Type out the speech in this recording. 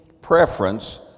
preference